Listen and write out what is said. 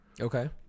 Okay